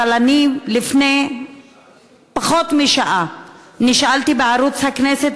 אבל אני לפני פחות משעה נשאלתי בערוץ הכנסת